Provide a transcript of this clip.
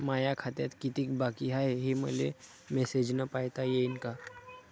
माया खात्यात कितीक बाकी हाय, हे मले मेसेजन पायता येईन का?